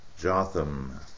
Jotham